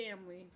family